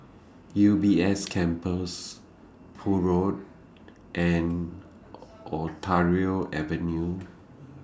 U B S Campus Poole Road and Ontario Avenue